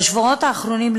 בשבועות האחרונים,